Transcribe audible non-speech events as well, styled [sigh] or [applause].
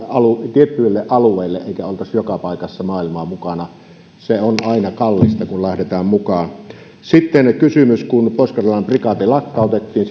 tietyille alueille eikä oltaisi joka paikassa maailmaa mukana se on aina kallista kun lähdetään mukaan sitten kysymys kun pohjois karjalan prikaati lakkautettiin [unintelligible]